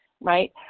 right